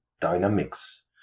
dynamics